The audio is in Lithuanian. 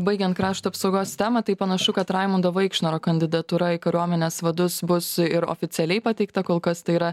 baigiant krašto apsaugos temą tai panašu kad raimundo vaikšnoro kandidatūra į kariuomenės vadus bus ir oficialiai pateikta kol kas tai yra